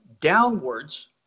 downwards